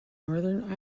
northern